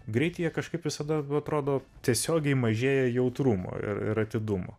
greityje kažkaip visada atrodo tiesiogiai mažėja jautrumo ir ir atidumo